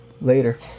later